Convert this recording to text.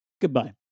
Goodbye